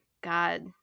God